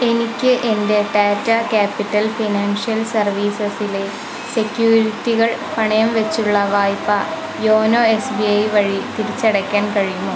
എനിക്ക് എൻ്റെ Tata capital financial സർവീസസിലെ സെക്യൂരിറ്റികൾ പണയം വച്ചുള്ള വായ്പ യോനോ എസ് ബി ഐ വഴി തിരിച്ചടയ്ക്കാൻ കഴിയുമോ